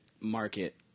market